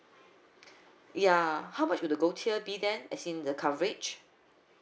ya how much will the gold tier be then as in the coverage